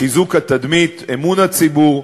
לחיזוק התדמית, אמון הציבור,